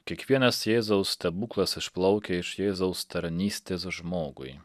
kiekvienas jėzaus stebuklas išplaukia iš jėzaus tarnystės žmogui